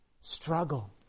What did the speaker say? struggle